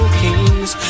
kings